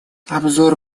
обзор